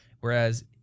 Whereas